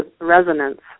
resonance